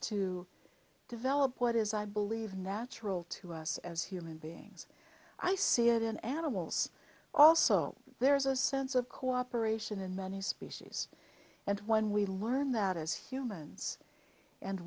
to develop what is i believe natural to us as human beings i see it in animals also there's a sense of cooperation in many species and when we learn that as humans and